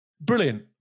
Brilliant